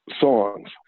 songs